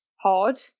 hard